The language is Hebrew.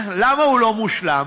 למה הוא לא מושלם?